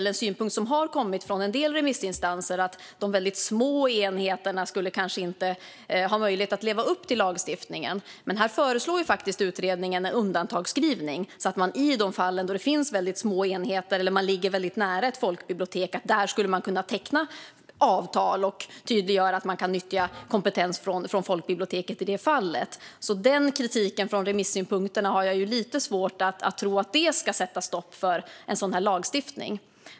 En synpunkt som har kommit från en del remissinstanser är att de väldigt små enheterna kanske inte skulle ha möjlighet att leva upp till lagstiftningen. Men här föreslår utredningen faktiskt en undantagsskrivning så att man i de fall då enheter är väldigt små eller ligger väldigt nära ett folkbibliotek skulle kunna tydliggöra att det går att teckna avtal med och nyttja kompetens från folkbiblioteket. Jag har därför lite svårt att tro att den kritiken från remissinstanserna ska sätta stopp för en sådan här lagstiftning.